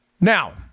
now